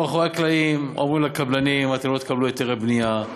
הם מאחורי הקלעים אומרים לקבלנים: אתם לא תקבלו היתרי בנייה,